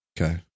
okay